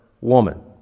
woman